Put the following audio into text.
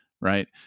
right